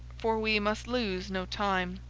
for we must lose no time.